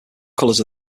colors